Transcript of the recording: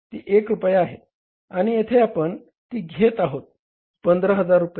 ती 1 रूपया आहे आणि येथे आपण ते किती घेत आहोत 15000 रुपये